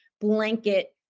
blanket